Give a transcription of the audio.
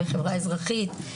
החברה האזרחית,